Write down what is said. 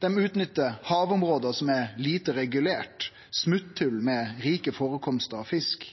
Dei utnyttar havområde som er lite regulerte, smotthòl med rike førekomstar av fisk.